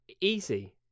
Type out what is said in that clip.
easy